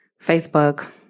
Facebook